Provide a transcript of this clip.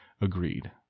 agreed